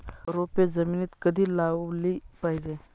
रोपे जमिनीत कधी लावली पाहिजे?